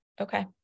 okay